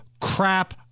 crap